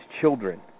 children